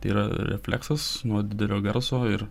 tai yra refleksas nuo didelio garso ir